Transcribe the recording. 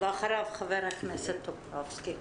אחריו חבר הכנסת טופורובסקי.